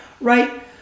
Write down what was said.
right